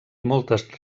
moltes